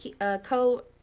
Co